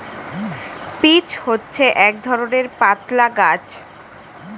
peach হচ্ছে এক ধরণের পাতলা গাছ